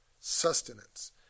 sustenance